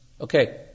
Okay